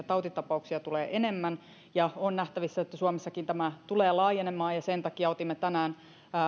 tautitapauksia tulee enemmän ja on nähtävissä että suomessakin tämä tulee laajenemaan sen takia otimme tänään